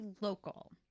local